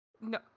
No